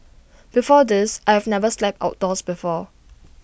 before this I've never slept outdoors before